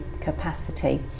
capacity